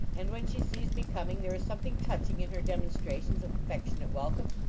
and when she sees me coming there is something touching in her demonstrations of affectionate welcome.